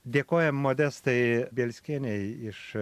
dėkojam modestai bielskienei iš